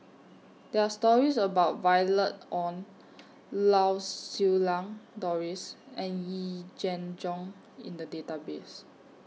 There Are stories about Violet Oon Lau Siew Lang Doris and Yee Jenn Jong in The Database